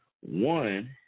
One